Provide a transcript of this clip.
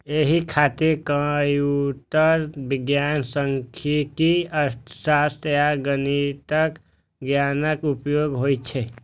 एहि खातिर कंप्यूटर विज्ञान, सांख्यिकी, अर्थशास्त्र आ गणितक ज्ञानक उपयोग होइ छै